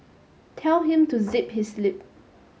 tell him to zip his lip